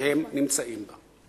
שהם נמצאים בה.